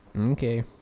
Okay